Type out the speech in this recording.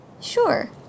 Sure